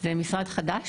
זה משרד חדש,